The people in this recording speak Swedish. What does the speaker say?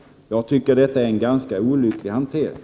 Jag tycker att detta är en ganska olycklig hantering: